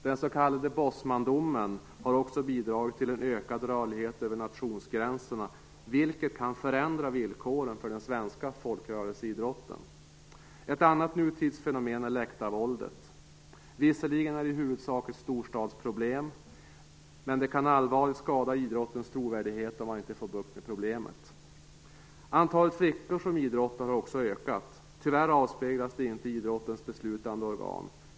Den s.k. Bosmandomen har också bidragit till en ökad rörlighet över nationsgränserna, vilket kan förändra villkoren för den svenska folkrörelseidrotten. Ett annat nutidsfenomen är läktarvåldet. Visserligen är det i huvudsak ett storstadsproblem, men det kan allvarligt skada idrottens trovärdighet om man inte får bukt med problemet. Antalet flickor som idrottar har också ökat. Tyvärr avspeglas det inte i idrottens beslutande organ.